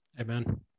Amen